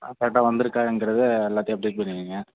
ஆ கரெக்டாக வந்துருக்கான்றத எல்லாத்தையும் அப்டேட் பண்ணி வைங்க